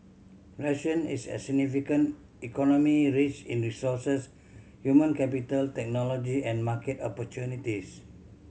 Russia is a significant economy rich in resources human capital technology and market opportunities